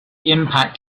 impact